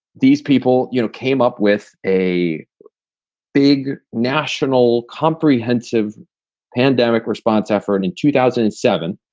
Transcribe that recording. these people you know came up with a big national comprehensive pandemic response effort in two thousand and seven.